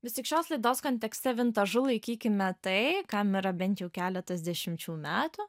vis tik šios laidos kontekste vintažu laikykime tai kam yra bent jau keletas dešimčių metų